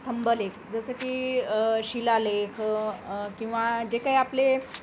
स्तंभलेख जसं की शिलालेख किंवा जे काही आपले